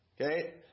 Okay